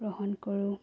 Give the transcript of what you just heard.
গ্ৰহণ কৰোঁ